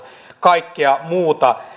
kaikkea muuta